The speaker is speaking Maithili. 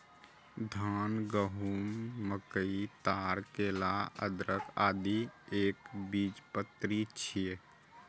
धान, गहूम, मकई, ताड़, केला, अदरक, आदि एकबीजपत्री छियै